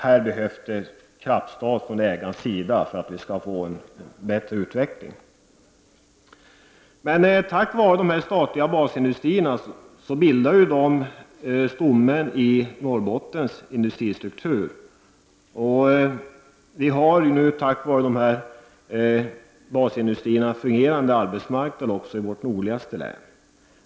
Här behövs krafttag från ägarens sida för att vi skall få en bättre utveckling. Men tack vare att de statliga basindustrierna bildar stommen i Norrbottens industristruktur har vi nu en fungerande arbetsmarknad också i vårt nordligaste län.